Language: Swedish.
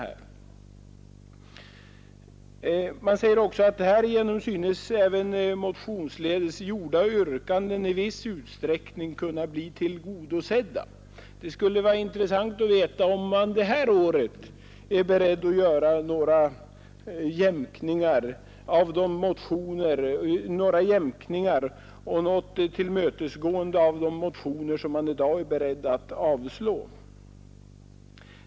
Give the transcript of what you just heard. Utskottsmajoriteten säger också: ”Härigenom synes även motionsledes gjorda yrkanden i viss utsträckning kunna bli tillgodosedda.” Det skulle vara intressant att veta om man det här året är beredd att göra några jämkningar och visa något tillmötesgående mot de motioner, som man i dag är beredd att avstyrka.